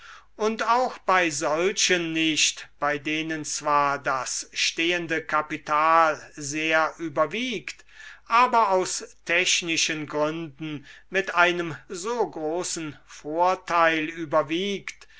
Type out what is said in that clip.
und auch bei solchen nicht bei denen zwar das stehende kapital sehr überwiegt aber aus technischen gründen mit einem so großen vorteil überwiegt